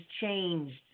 changed